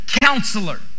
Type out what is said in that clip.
Counselor